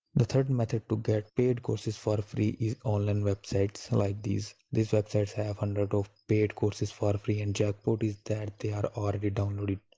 the third and method to get paid courses for free is online and websites. like these. these websites have hundreds of paid courses for free and jackpot is that they are already downloaded.